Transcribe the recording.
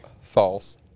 False